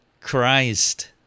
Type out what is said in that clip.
Christ